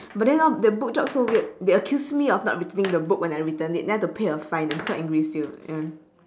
but then orh the book drop so weird they accuse me of not returning the book when I returned it then I have to pay a fine I am so angry still ya